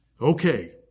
Okay